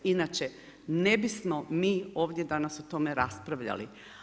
Inače ne bismo mi ovdje danas o tome raspravljali.